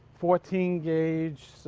fourteen gauge